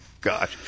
God